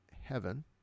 heaven